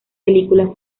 películas